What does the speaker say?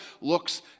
looks